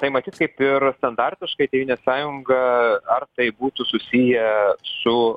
tai matyt kaip ir standartiškai tėvynės sąjunga ar tai būtų susiję su